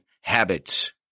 HABITS